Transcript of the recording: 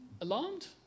alarmed